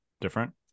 different